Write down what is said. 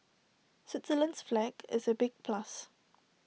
Switzerland's flag is A big plus